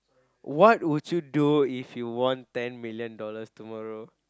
what would you do if you won ten million dollars tomorrow